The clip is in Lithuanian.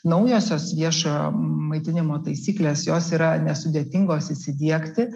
naujosios viešojo maitinimo taisyklės jos yra nesudėtingos įsidiegti